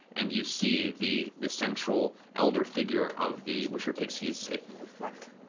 and you see the the central elder figure of the wisher pixies say,